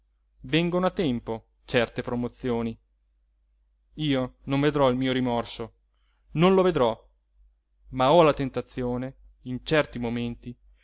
vengono a tempo certe promozioni io non vedrò il mio rimorso non lo vedrò ma ho la tentazione in certi momenti